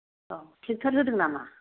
औ ट्रेकटर होदों नामा